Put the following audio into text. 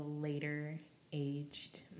later-aged